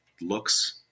looks